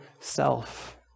self